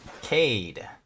Cade